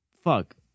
fuck